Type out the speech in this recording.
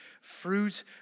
fruit